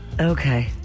Okay